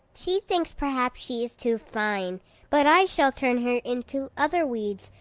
she thinks perhaps she is too fine but i shall turn her into other weeds,